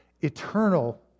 eternal